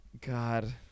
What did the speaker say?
god